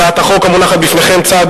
הצעת החוק המונחת בפניכם היא צעד